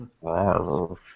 Wow